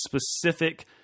specific